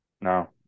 No